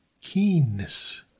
keenness